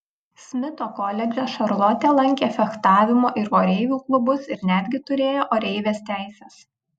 smito koledže šarlotė lankė fechtavimo ir oreivių klubus ir netgi turėjo oreivės teises